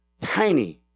tiny